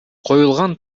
коюлган